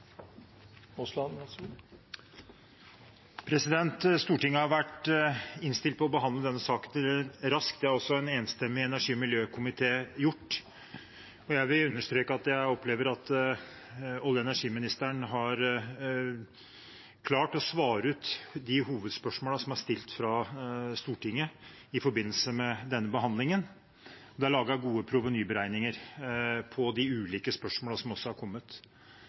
Stortinget har vært innstilt på å behandle denne saken raskt. Det har også en enstemmig energi- og miljøkomité gjort. Jeg vil understreke at jeg opplever at olje- og energiministeren har klart å svare ut de hovedspørsmålene som er stilt fra Stortinget i forbindelse med denne behandlingen, og det er laget gode provenyberegninger på de ulike spørsmålene som også er kommet.